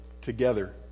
together